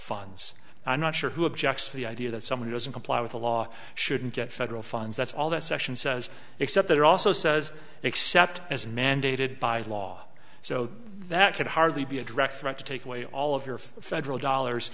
funds i'm not sure who objects to the idea that somebody doesn't comply with the law shouldn't get federal funds that's all that section says except it also says except as mandated by law so that could hardly be a direct threat to take away all of your federal dollars